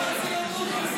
לוועדה